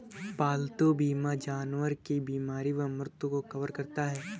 पालतू बीमा जानवर की बीमारी व मृत्यु को कवर करता है